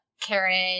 Karen